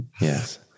yes